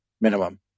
minimum